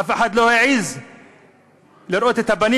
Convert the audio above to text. אף אחד מהקואליציה לא העז להראות את הפנים